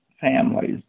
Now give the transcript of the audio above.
families